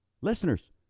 listeners